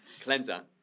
Cleanser